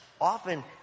often